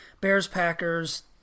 Bears-Packers